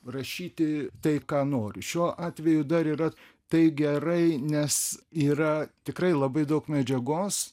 rašyti tai ką nori šiuo atveju dar yra tai gerai nes yra tikrai labai daug medžiagos